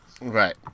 Right